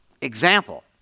Example